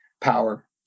power